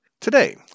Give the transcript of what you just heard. Today